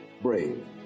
brave